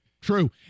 True